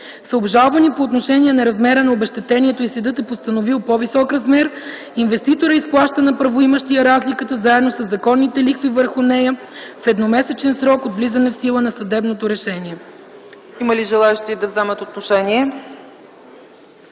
обжалвани по отношение на размера на обезщетението и съдът е постановил по-висок размер, инвеститорът изплаща на правоимащия разликата заедно със законните лихви върху нея в едномесечен срок от влизане в сила на съдебното решение.”